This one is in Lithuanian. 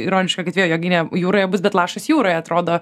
ironiška kad vėjo jėgainė jūroje bus bet lašas jūroj atrodo